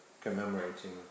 commemorating